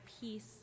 peace